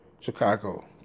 Chicago